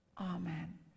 amen